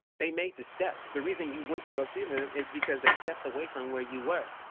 they make the step the reason you went to go see them is because they stepped away from where you were.